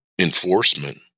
enforcement